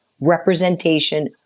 representation